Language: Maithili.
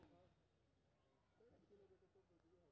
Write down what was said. हम विदेश पाय भेजब कैना होते?